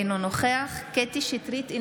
אינו נוכח קטי קטרין שטרית,